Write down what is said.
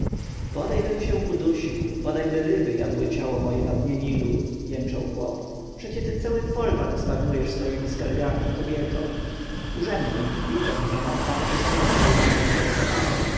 bodajbym się udusił bodaj ryby jadły ciało moje na dnie nilu jęczał chłop przecie ty cały folwark zmarnujesz swojemi skargami kobieto urzędnik widząc że ma poparcie strony głównie zainteresowanej